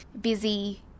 busy